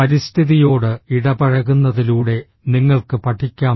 പരിസ്ഥിതിയോട് ഇടപഴകുന്നതിലൂടെ നിങ്ങൾക്ക് പഠിക്കാം